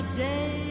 day